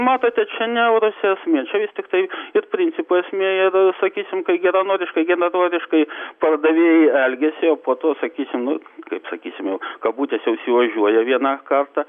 matote čia ne euruose esmė čia vis tiktai ir principo esmė ir sakysim kai geranoriškai geranoriškai pardavėjai elgiasi o po to sakysim nu kaip sakysim kabutėse užsiožiuoja vieną kartą